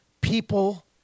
people